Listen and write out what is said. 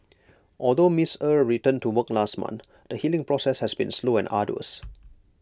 although miss er returned to work last month the healing process has been slow and arduous